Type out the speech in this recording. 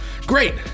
Great